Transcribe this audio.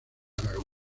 aragón